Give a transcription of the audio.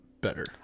better